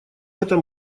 это